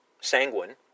sanguine